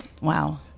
Wow